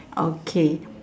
okay